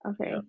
Okay